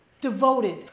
devoted